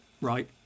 right